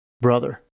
brother